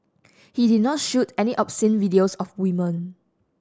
he did not shoot any obscene videos of women